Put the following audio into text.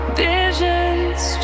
visions